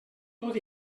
tot